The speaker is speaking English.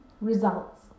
results